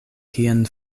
kien